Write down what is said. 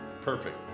perfect